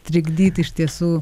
trikdyti iš tiesų